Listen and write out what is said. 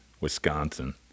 wisconsin